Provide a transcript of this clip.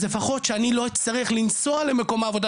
אז לפחות שאני לא אצטרך לנסוע למקום העבודה